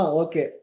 okay